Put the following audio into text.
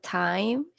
time